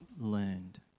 learned